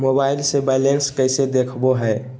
Mobile से balance कैसे देखाबो है?